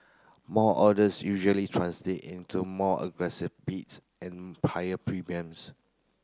more orders usually translate into more aggressive bids and higher premiums